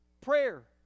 Prayer